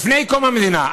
לפני קום המדינה,